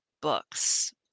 books